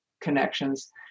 Connections